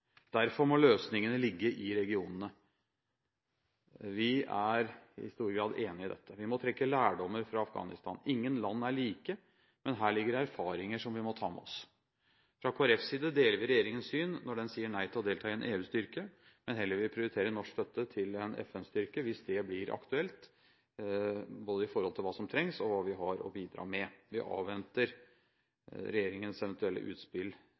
Derfor må løsningene ligge i regionene. Vi er i stor grad enig i dette. Vi må trekke lærdommer fra Afghanistan. Ingen land er like, men her ligger erfaringer som vi må ta med oss. Fra Kristelig Folkepartis side deler vi regjeringens syn når den sier nei til å delta i en EU-styrke. Vi vil heller prioritere norsk støtte til en FN-styrke, hvis det blir aktuelt, både i forhold til hva som trengs, og hva vi har å bidra med. Vi avventer regjeringens eventuelle utspill